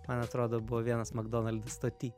man atrodo buvo vienas makdonaldas stoty